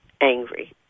angry